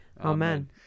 Amen